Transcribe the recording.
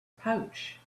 pouch